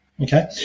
okay